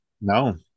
No